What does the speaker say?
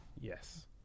Yes